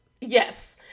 yes